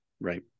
Right